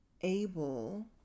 able